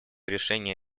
решения